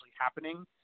happening